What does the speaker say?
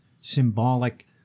symbolic